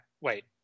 Wait